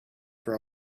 for